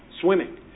swimming